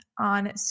on